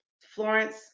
Florence